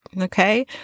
Okay